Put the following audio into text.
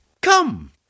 Come